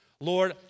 Lord